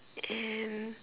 and